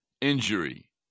injury